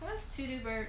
what's dodo bird